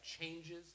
changes